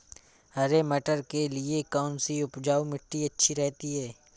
हरे मटर के लिए कौन सी उपजाऊ मिट्टी अच्छी रहती है?